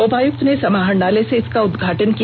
उपायुक्त ने समाहरणालय से इसका उदघाटन किया